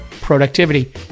productivity